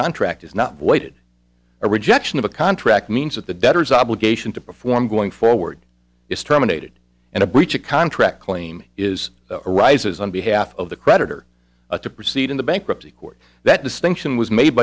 contract is not voided a rejection of a contract means that the debtors obligation to perform going forward is terminated and a breach of contract claim is arises on behalf of the creditor a to proceed in the bankruptcy court that distinction was made